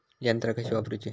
यंत्रा कशी वापरूची?